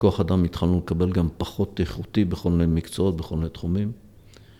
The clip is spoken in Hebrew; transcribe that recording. ‫כוח אדם התחלנו לקבל גם פחות ‫איכותי בכל מיני מקצועות, בכל מיני תחומים.